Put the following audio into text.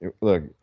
Look